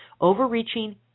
overreaching